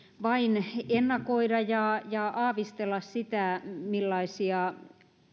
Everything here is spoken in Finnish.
vain ennakoida ja ja aavistella sitä millaisia